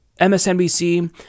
MSNBC